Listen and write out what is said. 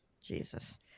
Jesus